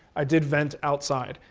i did vent outside.